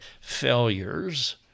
failures